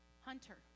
Hunter